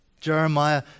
Jeremiah